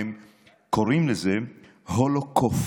הם קוראים לזה Holocough,